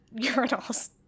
urinals